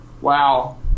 Wow